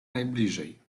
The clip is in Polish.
najbliżej